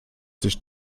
sich